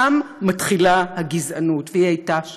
שם מתחילה הגזענות והיא הייתה שם.